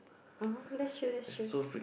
(uh huh) that's true that's true